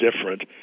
different